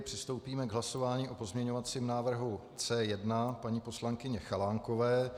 Přistoupíme k hlasování o pozměňovacím návrhu C1 paní poslankyně Chalánkové.